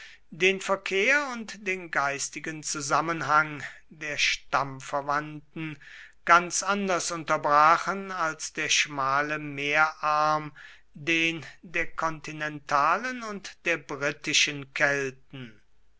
den verkehr und den geistigen zusammenhang der stammverwandten ganz anders unterbrachen als der schmale meerarm den der kontinentalen und der britischen kelten